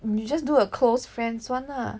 you just do a close friends [one] lah